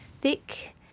thick